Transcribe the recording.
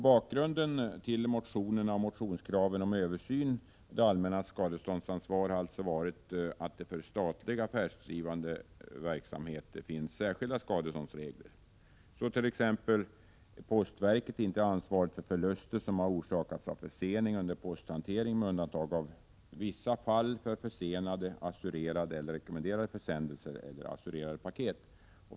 Bakgrunden till motionerna och motionskraven på översyn av det allmänna skadeståndsansvaret har varit att det för statliga affärsdrivande verksamheter finns särskilda skadeståndsregler. Så t.ex. är postverket inte ansvarigt för förluster som har orsakats av försening under posthantering utom i vissa undantagsfall, nämligen vid försenade assurerade och rekommenderade försändelser eller assurerade paket.